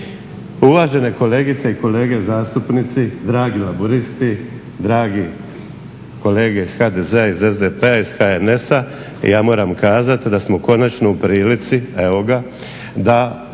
Uvažene kolegice i kolege zastupnici, dragi laburisti, dragi kolege iz HDZ-a, iz SDP-a, iz HNS-a ja moram kazati da smo konačno u prilici evo